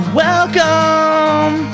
welcome